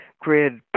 grid